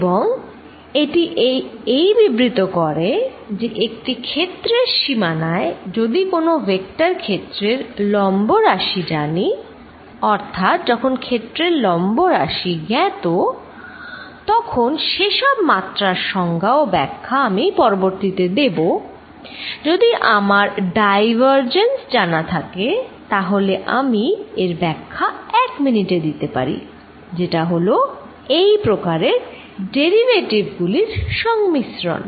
এবং এটি এই বিবৃত করে যে একটি ক্ষেত্রের সীমানায় যদি কোনো ভেক্টর ক্ষেত্রের লম্ব রাশি জানি অর্থাৎ যখন ক্ষেত্রের লম্ব রাশি জ্ঞাত তখন সেসব মাত্রার সংজ্ঞা ও ব্যাখ্যা আমি পরবর্তীতে দেব যদি আমার ডাইভারজেন্স জানা থাকে তাহলে আমি এর ব্যাখ্যা এক মিনিটে দিতে পারি যেটা হলো এই প্রকারের ডেরিভেটিভ গুলির সংমিশ্রণ